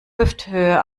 hüfthöhe